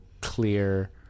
clear